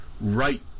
Right